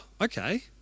okay